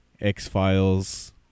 X-Files